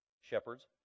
shepherds